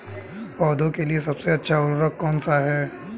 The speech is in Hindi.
पौधों के लिए सबसे अच्छा उर्वरक कौन सा है?